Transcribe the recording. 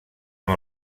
amb